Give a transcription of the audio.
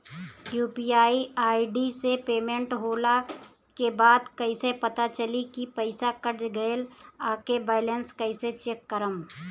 UPI ID से payment होला के बाद कइसे पता चली की पईसा कट गएल आ बैलेंस कइसे चेक करम?